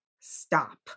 stop